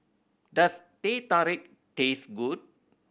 does Teh Tarik taste good